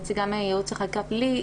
נציגת ייעוץ וחקיקה פלילי,